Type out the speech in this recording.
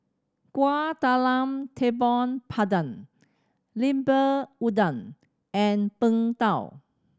Kueh Talam Tepong Pandan Lemper Udang and Png Tao